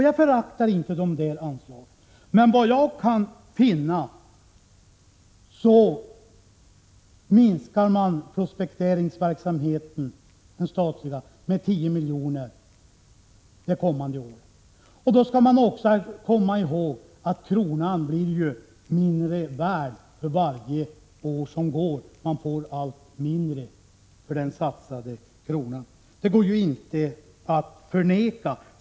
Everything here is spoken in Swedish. Jag föraktar dem inte, men enligt vad jag kan finna minskar man den statliga prospekteringsverksamheten med 10 miljoner det kommande året. Då skall man också komma ihåg att kronan blir mindre värd för varje år som går. Man får allt mindre för den satsade kronan. Detta går inte att förneka.